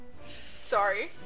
Sorry